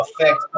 affect